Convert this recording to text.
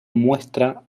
muestra